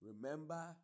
Remember